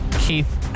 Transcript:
Keith